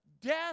death